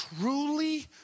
Truly